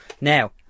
Now